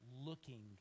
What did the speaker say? looking